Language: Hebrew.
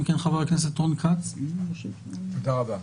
תודה רבה.